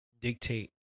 dictate